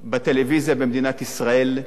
בטלוויזיה במדינת ישראל.